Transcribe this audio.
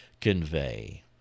convey